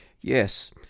yes